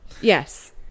Yes